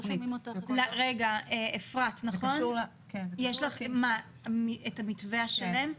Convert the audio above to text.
אפרת, יש לך את המתווה השלם?